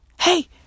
Hey